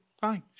Fine